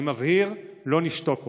אני מבהיר: לא נשתוק עוד.